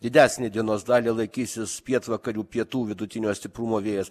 didesnę dienos dalį laikysis pietvakarių pietų vidutinio stiprumo vėjas